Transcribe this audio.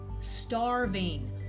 starving